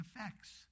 effects